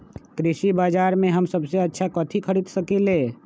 कृषि बाजर में हम सबसे अच्छा कथि खरीद सकींले?